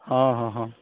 ହଁ ହଁ ହଁ